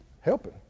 helping